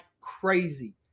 crazy